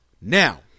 Now